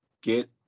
Get